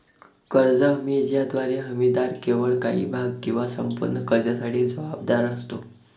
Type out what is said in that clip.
कर्ज हमी ज्याद्वारे हमीदार केवळ काही भाग किंवा संपूर्ण कर्जासाठी जबाबदार असतो